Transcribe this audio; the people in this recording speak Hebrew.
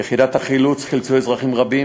יחידת החילוץ חילצה אזרחים רבים.